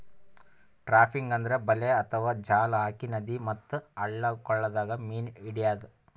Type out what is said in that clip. trapping ಅಂದ್ರ ಬಲೆ ಅಥವಾ ಜಾಲ್ ಹಾಕಿ ನದಿ ಮತ್ತ್ ಹಳ್ಳ ಕೊಳ್ಳದಾಗ್ ಮೀನ್ ಹಿಡ್ಯದ್